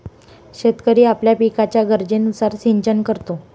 शेतकरी आपल्या पिकाच्या गरजेनुसार सिंचन करतो